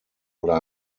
oder